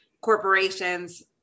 corporations